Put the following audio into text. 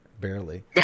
barely